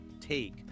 take